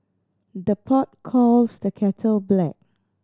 the pot calls the kettle black